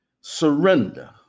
surrender